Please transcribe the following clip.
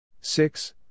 Six